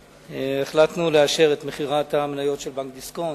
החלטנו לאשר את מכירת המניות של בנק דיסקונט.